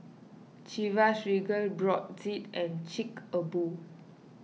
Chivas Regal Brotzeit and Chic A Boo